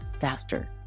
faster